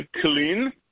clean